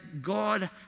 God